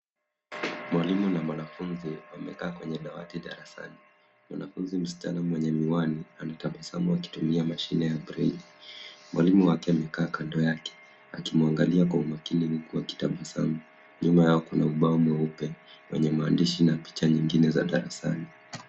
Mwalimu na mwanafunzi wamekaa kwenye dawati darasani. Mwanafunzi msichana mwenye miwani anatabasamu akitumia mashine ya braille .Mwalimu wake amekaa kando yake akimuangalia kwa umakini huku akitabasamu. Nyuma yao kuna ubao mweupe wenye maandishi na picha nyingine za darasani.